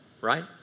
right